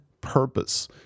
purpose